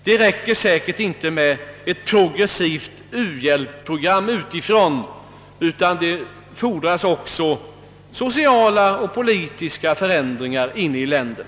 Det räcker säkert inte med ett progressivt u-hjälpsprogram utifrån, utan det fordras också sociala och politiska förändringar i dessa länder.